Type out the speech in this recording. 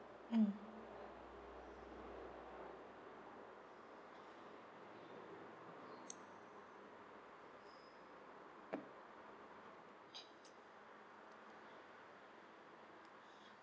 mm